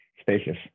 spacious